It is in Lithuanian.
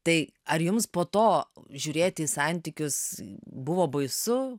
tai ar jums po to žiūrėti į santykius buvo baisu